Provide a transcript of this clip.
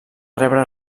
rebre